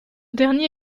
dernier